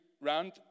round